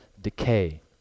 decay